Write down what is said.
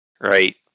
right